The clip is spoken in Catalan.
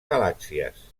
galàxies